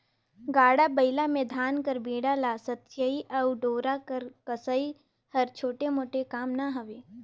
गाड़ा बइला मे धान कर बीड़ा ल सथियई अउ डोरा कर कसई हर छोटे मोटे काम ना हवे